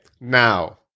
Now